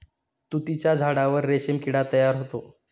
तुतीच्या झाडावर रेशीम किडा तयार होतो